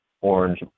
orange